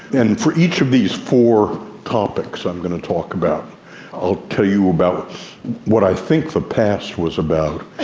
and for each of these four topics i'm going to talk about i'll tell you about what i think the past was about,